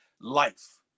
life